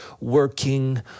working